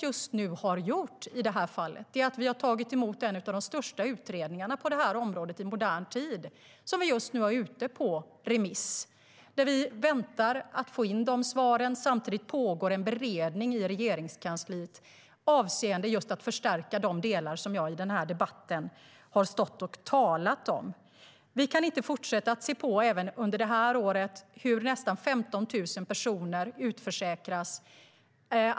Det regeringen i det här fallet gjort är att vi har tagit emot en av de största utredningarna i modern tid på det här området. Utredningen är nu ute på remiss, och vi väntar på att få in svaren. Samtidigt pågår en beredning i Regeringskansliet avseende förstärkning av de delar som jag i den här debatten talat om. Vi kan inte fortsätta att se på när nästan 15 000 personer utförsäkras.